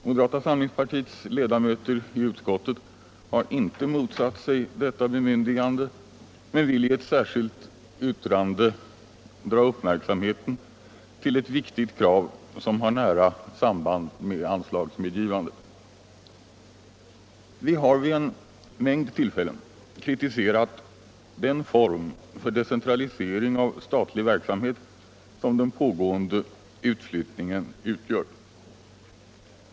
Moderata samlingspartiets ledamöter i utskottet har inte motsatt sig detta bemyndigande men vill i ett särskilt yttrande dra uppmärksamheten till ett viktigt krav som har nära samband med anslagsmedgivandet. Vi har vid en mängd tillfällen kritiserat den form för decentralisering av statlig verksamhet som den pågående utflyttningen utgör.